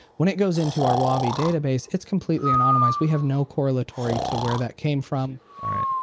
when it goes into our wavi database, it's completely anonymized. we have no correlatory to where that came from all right.